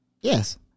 Yes